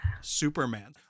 Superman